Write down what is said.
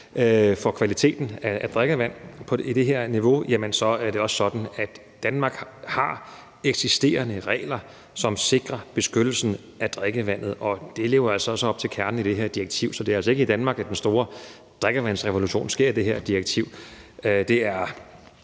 for kvaliteten af drikkevand på det her niveau – det gør man helt sikkert – men det er også sådan, at Danmark har eksisterende regler, som sikrer beskyttelsen af drikkevandet, og de lever altså også op til kernen i det her direktiv. Så det er altså ikke i Danmark, at den store drikkevandsrevolution sker på grund af det her direktiv.